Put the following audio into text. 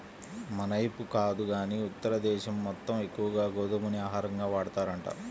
మనైపు కాదు గానీ ఉత్తర దేశం మొత్తం ఎక్కువగా గోధుమనే ఆహారంగా వాడతారంట